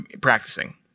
practicing